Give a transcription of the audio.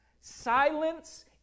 Silence